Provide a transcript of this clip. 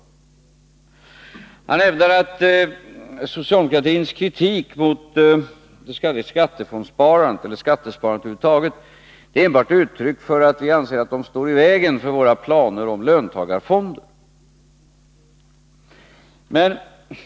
Ola Ullsten hävdade att socialdemokraternas kritik mot skattefondssparandet och skattesparandet över huvud taget enbart är ett uttryck för att vi anser att detta sparande står i vägen för våra planer på löntagarfonder.